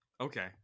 Okay